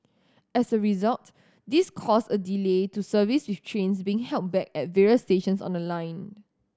as a result this caused a delay to service with trains being held back at various stations on the line